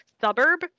suburb